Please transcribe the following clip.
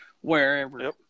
wherever